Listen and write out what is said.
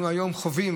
אנחנו היום חווים,